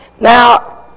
Now